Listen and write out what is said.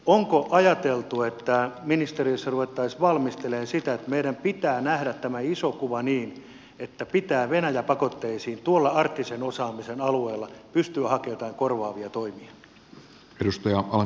onko ajateltu että ministeriössä ruvettaisiin valmistelemaan sitä että meidän pitää nähdä tämä iso kuva niin että pitää venäjä pakotteisiin arktisen osaamisen alueella pystyä hakemaan joitain korvaavia toimia